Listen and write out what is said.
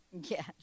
Yes